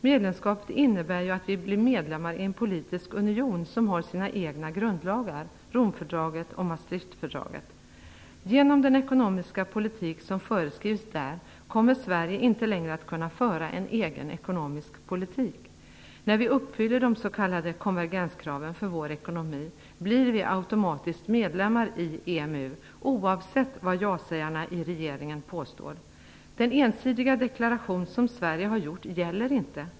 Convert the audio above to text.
Medlemskapet innebär ju att vi blir medlemmar i en politisk union som har sina egna grundlagar, Romfördraget och Maastrichtfördraget. Genom den ekonomiska politik som föreskrivs där kommer Sverige inte längre att kunna föra en egen ekonomisk politik. När vi uppfyller de s.k. konvergenskraven för vår ekonomi blir vi automatiskt medlemmar i EMU, oavsett vad ja-sägarna i regeringen påstår. Den ensidiga deklaration som Sverige har gjort gäller inte.